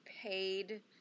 paid